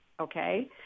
okay